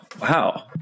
Wow